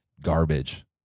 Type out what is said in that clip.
garbage